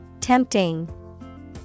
Tempting